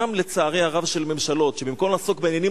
לצערי הרב גם של ממשלות שבמקום לעסוק בעניינים